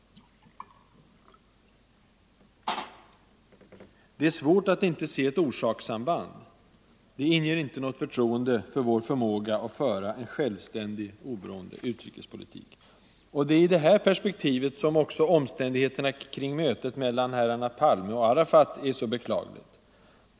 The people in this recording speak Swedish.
Det är svårt att inte se ett orsakssamband. Det inger inte något förtroende för vår förmåga att föra en självständig oberoende utrikespolitik. Det är i detta perspektiv som omständigheterna kring mötet mellan herrarna Palme och Arafat är så beklagliga.